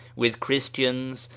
with christians,